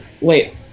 wait